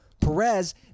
Perez